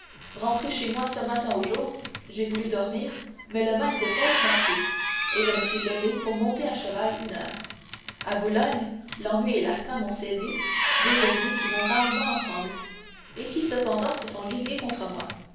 rentré chez moi ce matin au jour j'ai voulu dormir mais le mal de tête m'a pris et je me suis relevé pour monter à cheval une heure à boulogne l'ennui et la faim m'ont saisi deux ennemis qui vont rarement ensemble et qui cependant se sont ligués contre moi